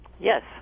Yes